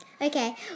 Okay